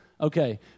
okay